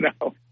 no